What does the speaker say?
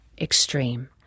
extreme